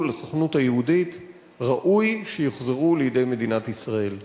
לסוכנות היהודית ראוי שיוחזרו לידי מדינת ישראל.